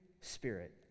spirit